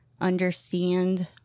understand